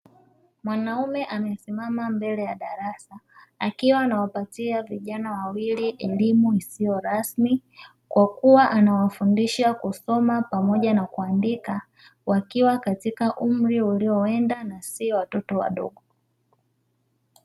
Mwanaume amesimama mbele ya darasa, akiwa anawapatia vijana wawili elimu isiyo rasmi, kwa kuwa anawafundisha kusoma pamoja na kuandika, wakiwa katika umri ulioenda na sio watoto wadogo.